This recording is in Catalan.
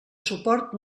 suport